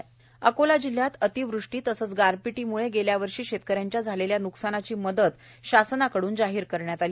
शेतकरी अकोला जिल्ह्यात अतिवृष्टी तसेच गारपिटीमुळे गेल्या वर्षी शेतकऱ्यांच्या झालेल्या न्कसानाची मदत शासनाकडून जाहीर करण्यात आली